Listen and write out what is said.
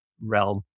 realm